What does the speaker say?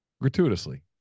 gratuitously